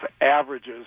averages